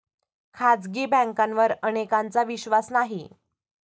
खाजगी बँकांवर अनेकांचा विश्वास नाही